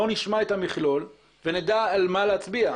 בואו נשמע את המכלול ונדע על מה להצביע.